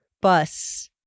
bus